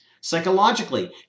Psychologically